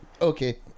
Okay